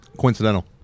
coincidental